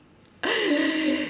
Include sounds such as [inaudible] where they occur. [noise]